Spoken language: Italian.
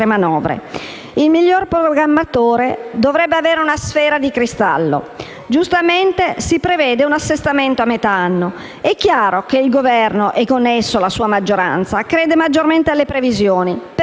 manovre. Il miglior programmatore dovrebbe avere una sfera di cristallo. Giustamente si prevede un assestamento a metà anno ed è chiaro che il Governo - e con esso la sua maggioranza - crede maggiormente alle previsioni,